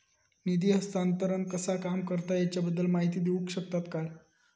निधी हस्तांतरण कसा काम करता ह्याच्या बद्दल माहिती दिउक शकतात काय?